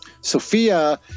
Sophia